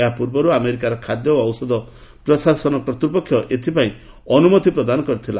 ଏହାପର୍ବର୍ ଆମେରିକାର ଖାଦ୍ୟ ଓ ଔଷଧ ପ୍ରଶାସନର କର୍ତ୍ତୃପକ୍ଷ ଏଥିପାଇଁ ଅନୁମତି ପ୍ରଦାନ କରିଥିଲା